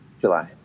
July